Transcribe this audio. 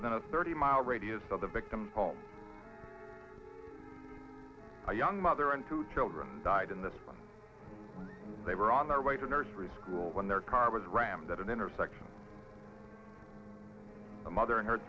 without a thirty mile radius of the victim's home a young mother and two children died in this when they were on their way to nursery school when their car was rammed at an intersection a mother and her